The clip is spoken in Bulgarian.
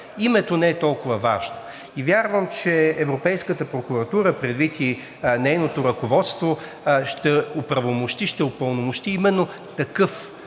Името не е толкова важно. И вярвам, че Европейската прокуратура, предвид и нейното ръководство, ще оправомощи, ще упълномощи именно такъв